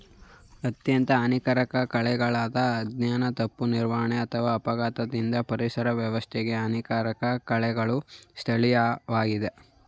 ಅತ್ಯಂತ ಹಾನಿಕಾರಕ ಕಳೆಗಳನ್ನು ಅಜ್ಞಾನ ತಪ್ಪು ನಿರ್ವಹಣೆ ಅಥವಾ ಅಪಘಾತದಿಂದ ಪರಿಸರ ವ್ಯವಸ್ಥೆಗೆ ಹಾನಿಕಾರಕ ಕಳೆಗಳು ಸ್ಥಳೀಯವಾಗಿವೆ